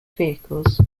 vehicles